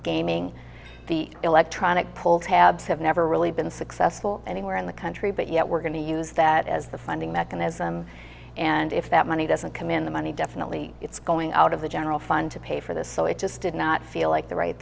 gaming the electronic pull tabs have never really been successful anywhere in the country but yet we're going to use that as the funding mechanism and if that money doesn't come in the money definitely it's going out of the general fund to pay for this so it just did not feel like the right